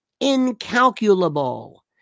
incalculable